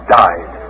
died